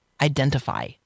identify